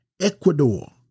Ecuador